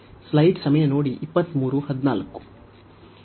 ಇದು ಅವಿಭಾಜ್ಯವಾಗಿದೆ